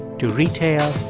to retail,